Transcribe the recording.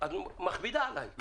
אז מכבידה עליי כצרכן.